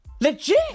Legit